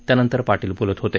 त्यानंतर पाटील बोलत होते